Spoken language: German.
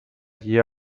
hier